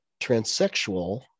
transsexual